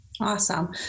Awesome